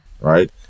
right